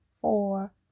four